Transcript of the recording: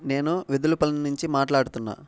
నేను వెద్దులపల్లి నుంచి మాట్లాడుతున్నాను